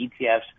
ETFs